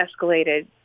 escalated